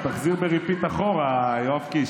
תחזיר ב-repeat אחורה, יואב קיש.